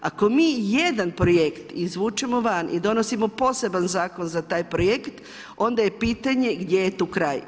Ako mi jedan projekt izvučemo van i donosimo poseban zakon za taj projekt, onda je pitanje gdje je tu kraj.